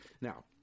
Now